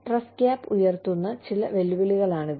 trust gap ഉയർത്തുന്ന ചില വെല്ലുവിളികളാണിത്